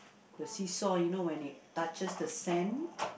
the seesaw you know when it touches the sand